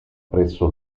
presso